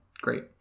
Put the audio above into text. Great